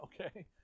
okay